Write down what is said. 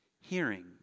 hearing